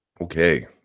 Okay